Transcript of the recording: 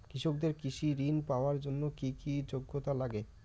কৃষকদের কৃষি ঋণ পাওয়ার জন্য কী কী যোগ্যতা লাগে?